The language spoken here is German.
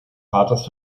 vaters